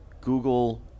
Google